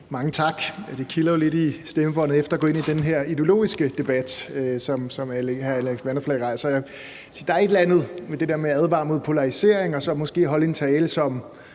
Mange tak. Det kribler jo lidt i stemmebåndet efter at gå ind i den her ideologiske debat, som hr. Alex Vanopslagh rejser. Jeg vil sige, at der er et eller andet med det der med at advare mod polarisering og så holde en tale, hvor